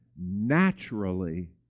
naturally